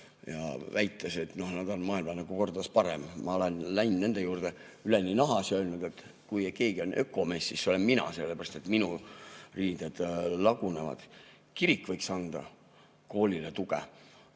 ja väites, et nüüd on maailm kordades parem. Ma olen läinud nende juurde, üleni nahas, ja öelnud, et kui keegi on ökomees, siis olen see mina, sellepärast et minu riided lagunevad. Kirik võiks anda koolile tuge.